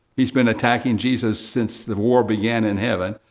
he's been attacking jesus since the war began in heaven,